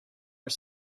are